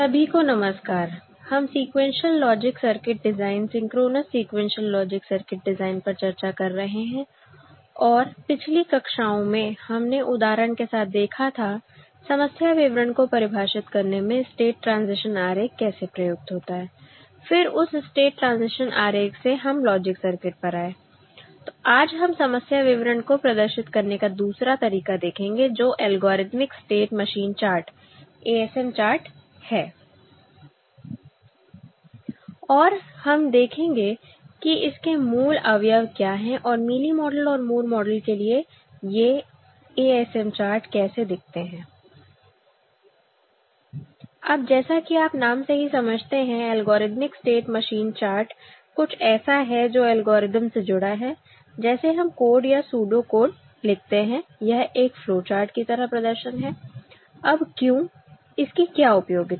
सभी को नमस्कार हम sequential logic circuit design synchronous sequential logic circuit design पर चर्चा कर रहे हैं और पिछली कक्षाओं में हमने उदाहरण के साथ देखा था समस्या विवरण को परिभाषित करने में स्टेट ट्रांजिशन आरेख कैसे प्रयुक्त होता है फिर उस स्टेट ट्रांजिशन आरेख से हम लॉजिक सर्किट पर आए तो आज हम समस्या विवरण को प्रदर्शित करने का दूसरा तरीका देखेंगे जो एल्गोरिथमिक स्टेट मशीन चार्ट ए एस एम चार्ट है और हम देखेंगे कि इसके मूल अवयव क्या है और मीली मॉडल और मूर मॉडल के लिए ये ए एस एम चार्ट कैसे दिखते हैं अब जैसा कि आप नाम से ही समझते हैं एल्गोरिथमिक स्टेट मशीन चार्ट कुछ ऐसा है जो एल्गोरिथ्म से जुड़ा है जैसे हम कोड या सूडो कोड लिखते हैं यह एक फ्लोचार्ट की तरह प्रदर्शन है अब क्यों इसकी क्या उपयोगिता है